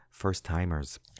first-timers